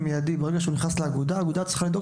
ברגע שהוא נכנס לאגודה האגודה צריכה לדאוג